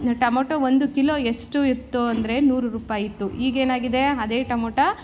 tomato ಒಂದು kilo ಎಷ್ಟು ಇತ್ತು ಅಂದರೆ ನೂರು ರೂಪಾಯಿ ಇತ್ತು ಈಗ ಏನಾಗಿದೆ ಅದೇ ಟಮೊಟೋ